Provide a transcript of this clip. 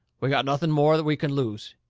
we've got nothing more we can lose.